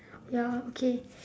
ya okay